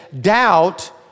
Doubt